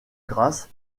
grâce